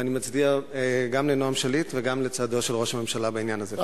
ואני מצדיע גם לנועם שליט וגם לצעדו של ראש הממשלה בעניין הזה.